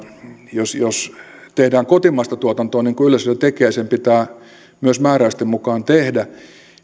jos jos tehdään kotimaista tuotantoa niin kuin yleisradio tekee ja sen pitää myös määräysten mukaan tehdä